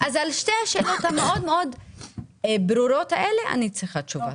אז על שתי השאלות הברורות האלה אני צריכה תשובה.